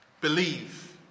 believe